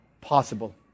possible